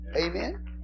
Amen